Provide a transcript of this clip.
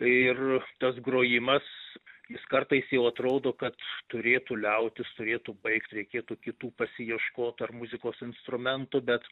ir tas grojimas jis kartais jau atrodo kad turėtų liautis turėtų baigt reikėtų kitų pasiieškot ar muzikos instrumentų bet